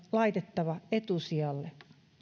laitettava etusijalle